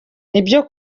nibyo